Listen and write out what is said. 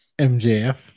MJF